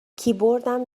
کیبوردم